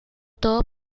todo